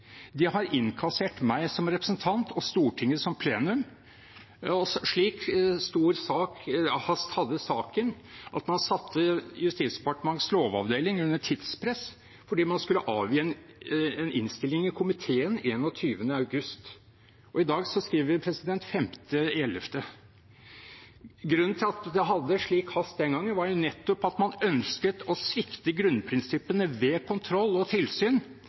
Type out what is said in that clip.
De har innkassert meg som representant og Stortinget som plenum. Så stor hast hadde saken at man satte Justisdepartementets lovavdeling under tidspress fordi man skulle avgi en innstilling i komiteen 21. august. I dag skriver vi 5. november. Grunnen til at det hadde slik hast den gangen, var nettopp at man ønsket å svikte grunnprinsippene ved kontroll og tilsyn,